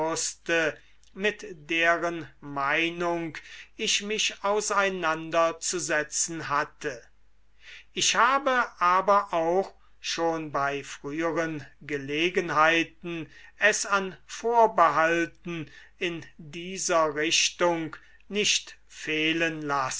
mit deren meinung ich mich auseinanderzusetzen hatte ich habe aber auch schon bei früheren gelegenheiten es an vorbehalten in dieser richtung nicht fehlen